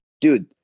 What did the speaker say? dude